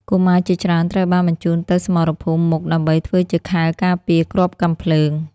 កុមារជាច្រើនត្រូវបានបញ្ជូនទៅសមរភូមិមុខដើម្បីធ្វើជាខែលការពារគ្រាប់កាំភ្លើង។